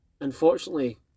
unfortunately